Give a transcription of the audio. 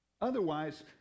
Otherwise